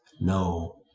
no